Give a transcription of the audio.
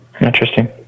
Interesting